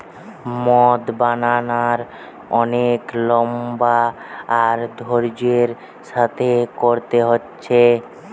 মদ বানানার অনেক লম্বা আর ধৈর্য্যের সাথে কোরতে হচ্ছে